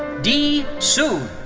di sun.